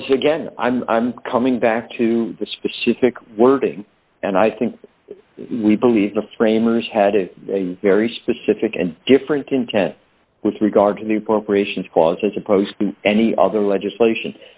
because again i'm coming back to the specific wording and i think we believe the framers had a very specific and different content with regard to newport ration because as opposed to any other legislation